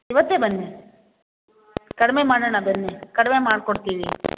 ಇವತ್ತೇ ಬನ್ನಿ ಕಡಿಮೆ ಮಾಡೋಣ ಬನ್ನಿ ಕಡಿಮೆ ಮಾಡ್ಕೊಡ್ತೀವಿ